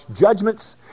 judgments